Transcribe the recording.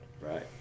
right